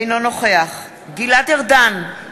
אינו נוכח גלעד ארדן,